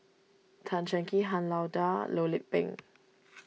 Tan Cheng Kee Han Lao Da Loh Lik Peng